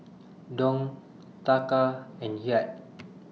Dong Taka and Kyat